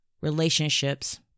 relationships